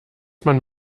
man